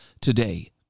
today